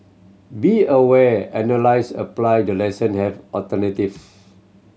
be aware analyse apply the lesson have alternatives